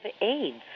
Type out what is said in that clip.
AIDS